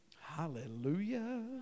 Hallelujah